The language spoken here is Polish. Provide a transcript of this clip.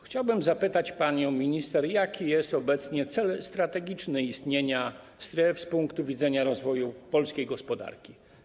Chciałbym zapytać panią minister, jaki jest obecnie cel strategiczny istnienia stref z punktu widzenia rozwoju polskiej gospodarki.